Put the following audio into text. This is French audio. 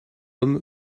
homme